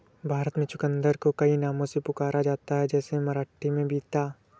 भारत में चुकंदर को कई नामों से पुकारा जाता है जैसे मराठी में बीता